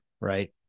Right